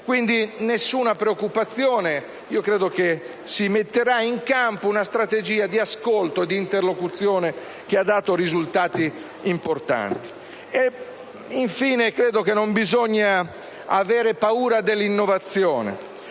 essere nessuna preoccupazione quindi, perché credo si metterà in campo una strategia di ascolto e d'interlocuzione che ha dato risultati importanti. Infine, credo che non bisogna avere paura dell'innovazione;